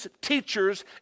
teachers